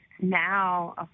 Now